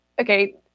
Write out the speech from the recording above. okay